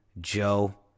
joe